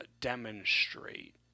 demonstrate